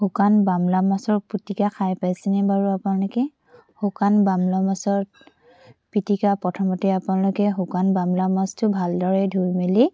শুকান বাম্লা মাছৰ পিটিকা খাই পাইছেনে বাৰু আপোনালোকে শুকান বাম্লা মাছৰ পিটিকা প্ৰথমতে আপোনালোকে শুকান বাম্লা মাছটো ভালদৰে ধুই মেলি